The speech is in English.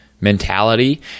mentality